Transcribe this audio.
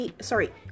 Sorry